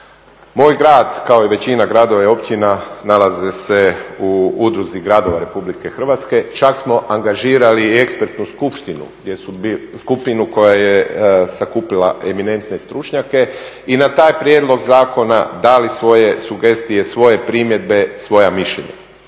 Moj grad kao i većina gradova i općina nalazi se u Udruzi gradova RH, čak smo angažirali ekspertnu skupštinu, skupinu koja je sakupila eminentne stručnjake i na taj prijedlog zakona dali svoje sugestije, svoje primjedbe, svoja mišljenja.